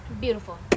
Beautiful